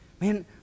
Man